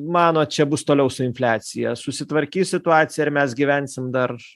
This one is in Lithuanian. manot čia bus toliau su infliacija susitvarkys situacija ar mes gyvensim dar